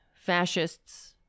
fascists